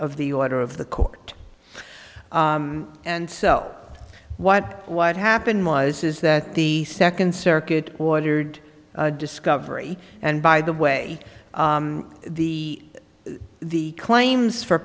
of the order of the court and so what what happened was is that the second circuit ordered discovery and by the way the the claims for